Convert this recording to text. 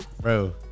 Bro